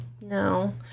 no